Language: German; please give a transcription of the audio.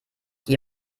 die